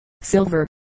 silver